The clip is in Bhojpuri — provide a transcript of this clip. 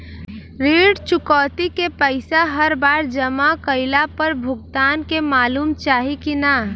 ऋण चुकौती के पैसा हर बार जमा कईला पर भुगतान के मालूम चाही की ना?